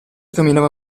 camminava